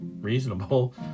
reasonable